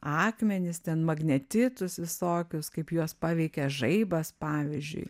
akmenis ten magnetitus visokius kaip juos paveikė žaibas pavyzdžiui